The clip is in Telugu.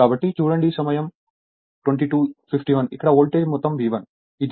కాబట్టి ఇక్కడ వోల్టేజ్ మొత్తం V1 ఇది V2